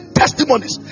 testimonies